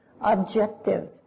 objective